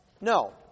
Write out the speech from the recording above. No